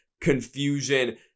confusion